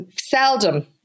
seldom